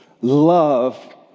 Love